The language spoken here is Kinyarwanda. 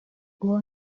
uwo